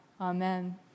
Amen